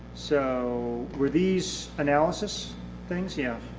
so were these analysis things, yeah,